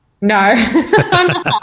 No